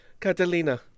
Catalina